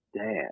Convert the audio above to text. Dad